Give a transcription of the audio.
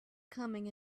coming